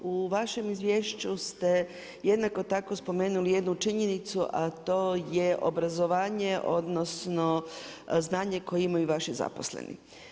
U vašem izvješću ste jednako tako spomenuli jednu činjenicu a to je obrazovanje odnosno znanje koje imaju vaši zaposleni.